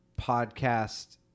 podcast